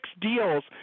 deals